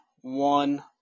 one